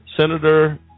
senator